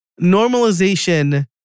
normalization